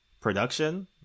production